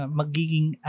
magiging